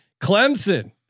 Clemson